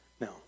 Now